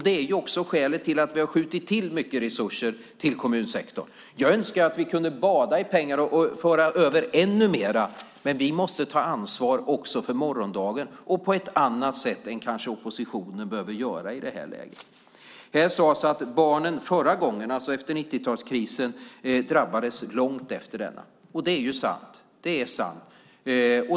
Det är skälet till att vi har skjutit till mycket resurser till kommunsektorn. Jag önskar att vi kunde bada i pengar och föra över ännu mer, men vi måste ta ansvar också för morgondagen på ett annat sätt än oppositionen behöver göra i det här läget. Här sades att barnen förra gången efter 90-talskrisen drabbades långt efter denna. Det är sant.